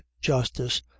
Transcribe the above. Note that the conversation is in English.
Justice